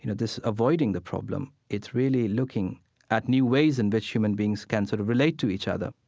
you know this avoiding the problem, it's really looking at new ways in which human beings can sort of relate to each other